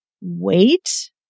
wait